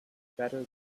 better